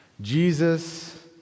Jesus